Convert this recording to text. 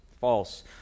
False